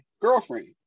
girlfriend